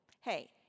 hey